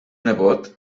nebot